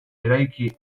eraiki